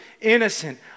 innocent